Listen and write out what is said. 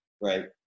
right